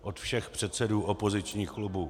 Od všech předsedů opozičních klubů.